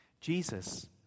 Jesus